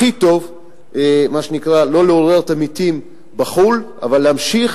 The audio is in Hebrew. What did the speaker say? הכי טוב מה שנקרא לא לעורר את המתים בחו"ל אבל להמשיך